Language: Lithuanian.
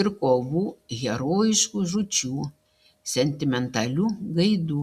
ir kovų herojiškų žūčių sentimentalių gaidų